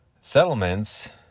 settlements